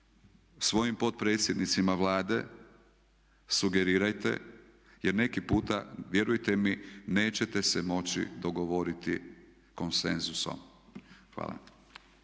svojim potpredsjednicama Vlade sugerirajte jer neki puta vjerujte mi nećete se moći dogovoriti konsenzusom. Hvala.